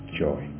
joy